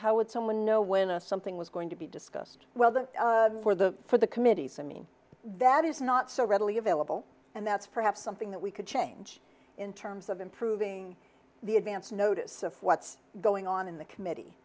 how would someone know when a something was going to be discussed well the for the for the committees i mean that is not so readily available and that's perhaps something that we could change in terms of improving the advance notice of what's going on in the committee